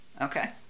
okay